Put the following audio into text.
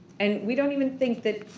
and we don't even think that,